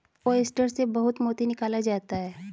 oyster से बहुत मोती निकाला जाता है